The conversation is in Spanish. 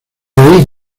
raíz